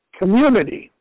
community